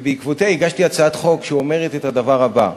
ובעקבותיה הגשתי הצעת חוק שאומרת את הדבר הבא: